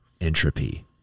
entropy